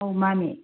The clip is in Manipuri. ꯑꯧ ꯃꯥꯟꯅꯦ